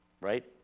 right